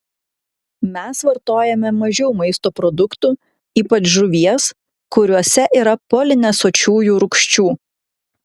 mes vartojame mažiau maisto produktų ypač žuvies kuriuose yra polinesočiųjų rūgščių